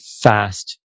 fast